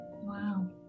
Wow